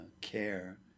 care